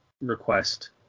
request